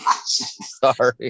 sorry